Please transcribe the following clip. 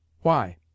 Why